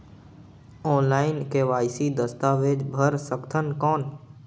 Online KYC दस्तावेज भर सकथन कौन?